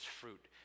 fruit